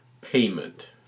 payment